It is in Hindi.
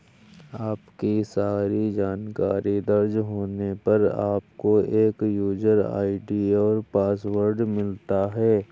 आपकी सारी जानकारी दर्ज होने पर, आपको एक यूजर आई.डी और पासवर्ड मिलता है